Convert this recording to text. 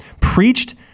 preached